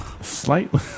Slightly